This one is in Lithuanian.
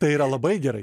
tai yra labai gerai